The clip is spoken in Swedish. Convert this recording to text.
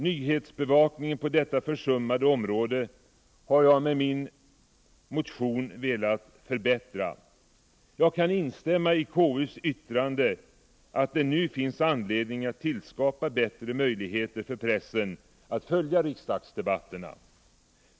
Nyhetsbevakningen på detta försummade område har jag med min motion velat förbättra. Jag kan instämma i KU:s uttalande, att det nu finns anledning att tillskapa bättre möjligheter för pressen att följa riksdagsdebatterna.